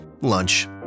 Lunch